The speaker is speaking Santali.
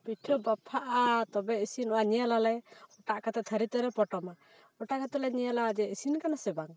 ᱯᱤᱴᱷᱟᱹ ᱵᱟᱯᱷᱟᱜᱼᱟ ᱛᱚᱵᱮ ᱤᱥᱤᱱᱚᱜᱼᱟ ᱧᱮᱞ ᱟᱞᱮ ᱚᱴᱟᱜ ᱠᱟᱛᱮ ᱛᱷᱟᱹᱨᱤᱛᱮᱞᱮ ᱯᱚᱴᱚᱢᱟ ᱚᱴᱟᱜ ᱠᱟᱛᱮ ᱞᱮ ᱧᱮᱞᱟ ᱡᱮ ᱤᱥᱤᱱ ᱠᱟᱱᱟᱥᱮ ᱵᱟᱝ